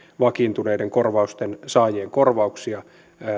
vakiintuneiden korvausten saajien korvauksia